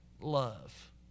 love